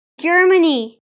Germany